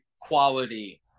quality